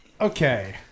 Okay